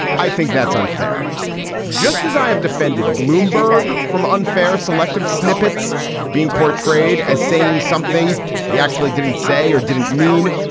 i think that's unfair just as i have defended bloomberg from unfair selective snippets being portrayed as saying something he actually didn't say or didn't mean.